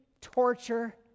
torture